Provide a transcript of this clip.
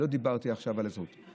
לא דיברתי עכשיו על הזהות.